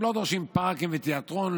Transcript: הם לא דורשים פארקים ותיאטרון,